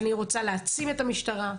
אני רוצה להעצים את המשטרה,